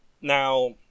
Now